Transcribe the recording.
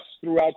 throughout